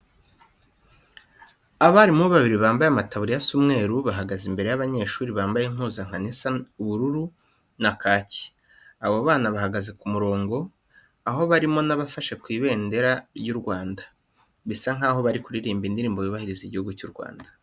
Abarimu babiri bambaye amataburiya asa umweru, bahagaze imbere y'abanyeshuri bambaye impuzankano isa ubururu na kake. Abo bana bahagaze ku murongo, aho harimo n'abafashe ku ibendera ry'u Rwanda, bisa nkaho bari kuririmba indirimbo yubahiriza igihugu cy'u Rwanda.